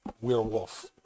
werewolf